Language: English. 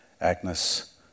Agnes